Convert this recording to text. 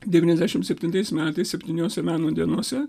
devyniasdešimt septintais metais septyniose meno dienose